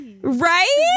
right